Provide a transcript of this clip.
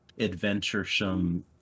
adventuresome